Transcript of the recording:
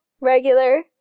regular